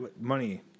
Money